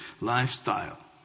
lifestyle